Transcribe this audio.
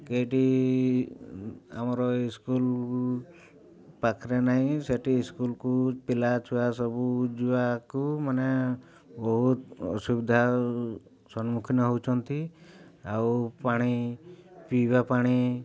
କେଉଁଠି ଆମର ସ୍କୁଲ ପାଖରେ ନାହିଁ ସେଠି ସ୍କୁଲକୁ ପିଲାଛୁଆ ସବୁ ଯିବାକୁ ମାନେ ବହୁତ ଅସୁବିଧା ସମ୍ମୁଖୀନ ହେଉଛନ୍ତି ଆଉ ପାଣି ପିଇବା ପାଣି